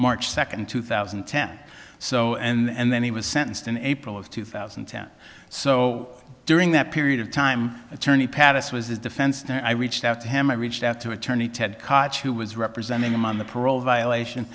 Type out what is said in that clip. march second two thousand and ten so and then he was sentenced in april of two thousand and ten so during that period of time attorney paris was his defense i reached out to him i reached out to attorney ted cotch who was representing him on the parole violation